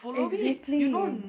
exactly